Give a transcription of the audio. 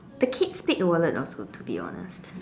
the Kate Spade wallet also to be honest